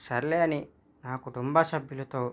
సర్లే అని నా కుటుంబ సభ్యులతో